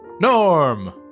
Norm